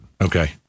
Okay